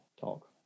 talk